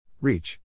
Reach